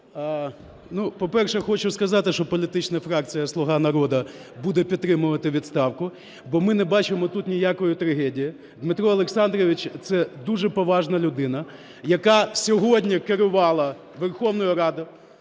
По-перше, хочу сказати, що політична фракція "Слуга народу" буде підтримувати відставку, бо ми не бачимо тут ніякої трагедії. Дмитро Олександрович – це дуже поважна людина, яка сьогодні керувала Верховною Радою.